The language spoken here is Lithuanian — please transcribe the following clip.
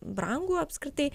brangu apskritai